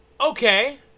Okay